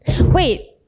Wait